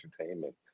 entertainment